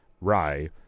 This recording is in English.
rye